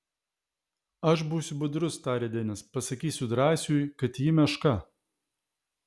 aš būsiu budrus tarė denis pasakysiu drąsiui kad ji meška